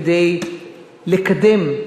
כדי לקדם,